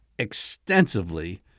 extensively